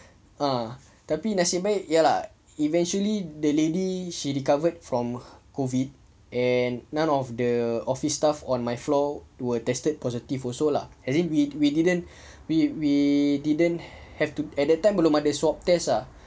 ah nasib baik ya lah eventually the lady she recovered from COVID and none of the office staff on my floor were tested positive also lah as in we we didn't we we didn't have to at that time belum ada swab test ah